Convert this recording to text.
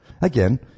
Again